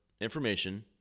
information